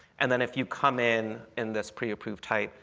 and then if you come in in this pre-approve type,